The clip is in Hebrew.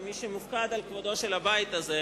כמי שמופקד על כבודו של הבית הזה,